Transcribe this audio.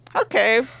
okay